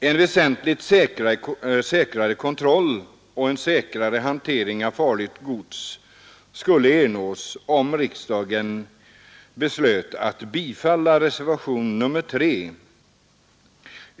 En väsentligt säkrare kontroll och en säkrare hantering av farligt gods skulle ernås om riksdagen beslöt bifalla reservationen 3.